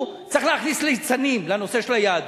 שצריך להכניס ליצנים לנושא של היהדות.